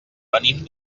venim